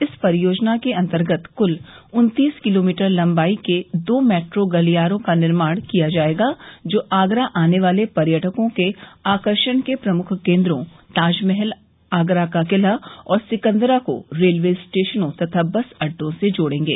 इस परियोजना के अंतर्गत कुल उन्तीस किलोमीटर लम्बाई के दो मेट्रो गलियारों का निर्माण किया जाएगा जो आगरा आने वाले पर्यटकों के आकर्षण के प्रमुख केन्द्रों ताजमहल आगरा का किला और सिकंदरा को रेलवे स्टेशनों तथा बस अड्डों से जोड़ेंगे